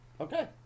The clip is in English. Okay